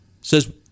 says